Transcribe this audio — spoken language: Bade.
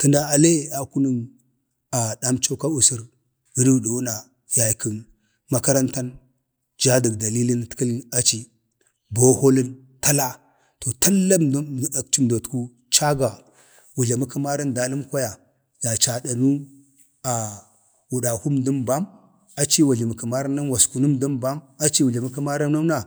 ﻿təna ale akunən damco ka wusər gə duduwu na yaykən makarantan jaa dən dalilitkəli aci boholən həla, to tall əmda akcəmdotku caga wu jləmə kəmaran daləm kwaya caga dadani wu dakwu əmdən bam aci ye wu jləmə kəmarən nəm na